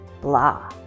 blah